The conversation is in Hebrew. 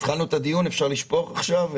התחלנו את הדיון, אפשר לשפוך עכשיו?